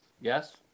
yes